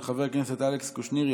של חבר הכנסת אלכס קושניר.